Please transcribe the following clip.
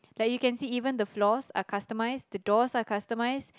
like you can see even the floors are customized the doors are customized